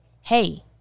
hey